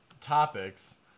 topics –